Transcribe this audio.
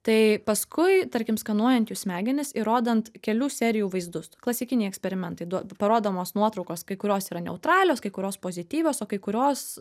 tai paskui tarkim skanuojant smegenis ir rodant kelių serijų vaizdus klasikiniai eksperimentai duoda parodomos nuotraukos kai kurios yra neutralios kai kurios pozityvios o kai kurios